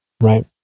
right